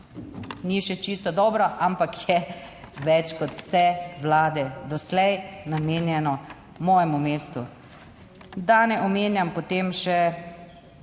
Ni še čisto dobro, ampak je več, kot vse vlade doslej, namenjeno mojemu mestu. Da ne omenjam, potem še